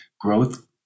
growth